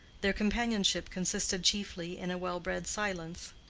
their companionship consisted chiefly in a well-bred silence.